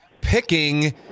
picking